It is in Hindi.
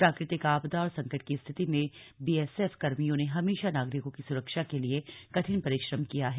प्राकृतिक आपदा और संकट की स्थिति में बी एस एफ कर्मियों ने हमेशा नागरिकों की सुरक्षा के लिए कठिन परिश्रम किया है